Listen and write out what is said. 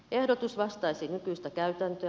ehdotus vastaisi nykyistä käytäntöä